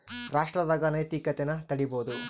ರಾಷ್ಟ್ರದಾಗ ಅನೈತಿಕತೆನ ತಡೀಬೋದು